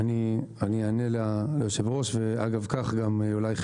אני אענה ליושב-ראש ואגב כך גם אולי גם